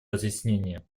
разъяснение